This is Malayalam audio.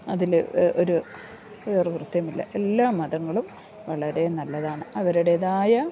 അതിൽ ഒരു വൃത്യാസമില്ല എല്ലാ മതങ്ങളും വളരെ നല്ലതാണ് അവരുടേതായ